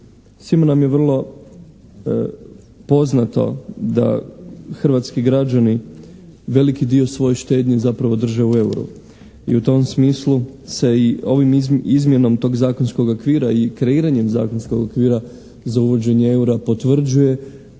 Svima nam je vrlo poznato da hrvatski građani veliki dio svoje štednje zapravo drže u eurima i u tom smislu se izmjenom tog zakonskog okvira i kreiranjem zakonskog okvira za uvođenje eura potvrđuje